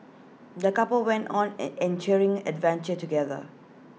the couple went on an adventure together